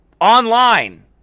online